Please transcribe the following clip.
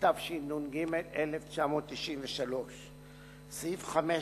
התשנ"ג 1993. סעיף 5